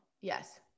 Yes